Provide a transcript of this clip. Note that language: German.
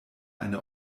eine